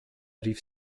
rief